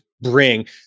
bring